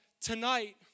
tonight